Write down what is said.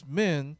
men